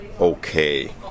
okay